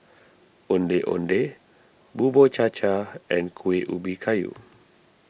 Ondeh Ondeh Bubur Cha Cha and Kuih Ubi Kayu